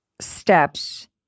steps